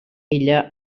ella